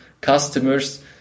customers